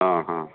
ആ ഹാ